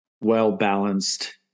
well-balanced